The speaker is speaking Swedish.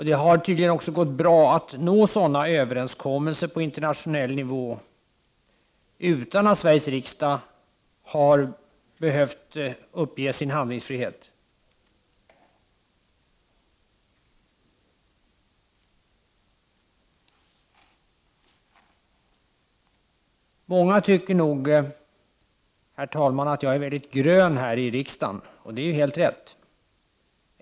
Det har tydligen också gått bra att nå sådana överenskommelser på internationell nivå utan att Sveriges riksdag har behövt uppge sin handlingsfrihet. Herr talman! Många tycker nog att jag är väldigt grön här i riksdagen, och det är ju helt riktigt.